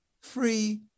free